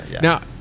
Now